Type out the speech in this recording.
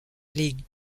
les